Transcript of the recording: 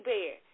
Bear